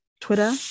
Twitter